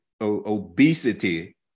obesity